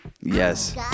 Yes